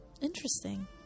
Interesting